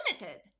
limited